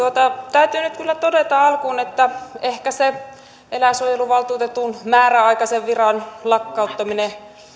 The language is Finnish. täytyy nyt kyllä todeta alkuun että ehkä se eläinsuojeluvaltuutetun määräaikaisen viran lakkauttaminen